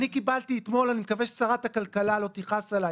אני קיבלתי אתמול אני מקווה ששרת הכלכלה לא תכעס עלי